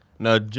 No